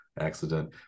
accident